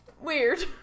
Weird